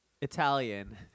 Italian